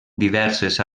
diverses